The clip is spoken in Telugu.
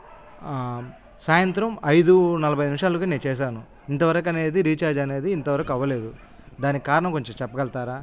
సాయంత్రం ఐదు నలభై నిమిషాలకి నేను చేశాను ఇంతవరకనేది రీఛార్జ్ అనేది ఇంతవరకు అవ్వలేదు దానికి కారణం కొంచెం చెప్పగలుగుతారా